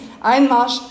Einmarsch